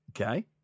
Okay